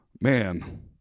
man